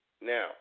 Now